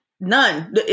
None